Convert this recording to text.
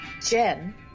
Jen